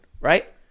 right